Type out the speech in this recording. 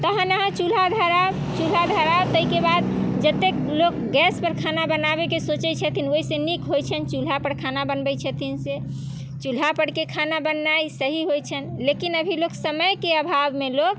तहन अहाँ चूल्हा धरायब चूल्हा धरायब ताहिके बाद जतेक लोक गैस पर खाना बनाबेके सोचैत छथिन ओहिसँ नीक होइत छनि चूल्हा पर खाना बनबैत छथिन से चूल्हा परके खाना बनेनाइ सही होइत छनि लेकिन अभी लोक समयके अभावमे लोक